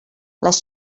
les